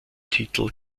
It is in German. titel